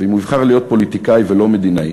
ואם הוא יבחר להיות פוליטיקאי ולא מדינאי,